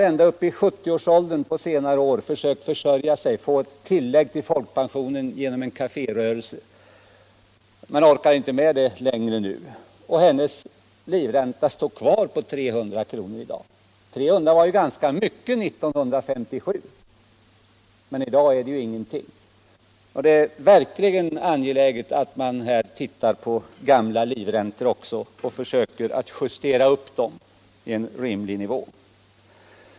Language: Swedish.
Ända upp i 70 årsåldern har hon försökt skaffa sig ett tillägg till folkpensionen genom en kaférörelse, men nu orkar hon inte med den längre. Hennes livränta står kvar på 300 kr. År 1957 var det ganska mycket, men i dag är det ingenting. Det är verkligen angeläget att man tittar också på gamla livräntor och försöker justera upp dem till en rimlig nivå.